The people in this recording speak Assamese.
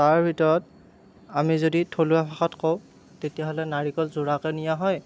তাৰ ভিতৰত আমি যদি থলুৱা ভাষাত কওঁ তেতিয়াহ'লে নাৰিকল জোৰাকে নিয়া হয়